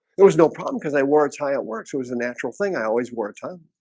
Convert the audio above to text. there was no problem because i wore a tie it works it was a natural thing. i always worked on